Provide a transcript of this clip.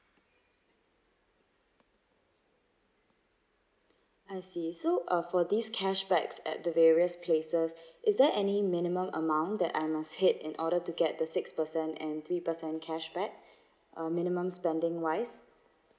I see so uh for this cashbacks at the various places is there any minimum amount that I must hit in order to get the six percent and three percent cash back uh minimum spending wise